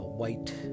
white